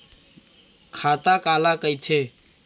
खाता काला कहिथे?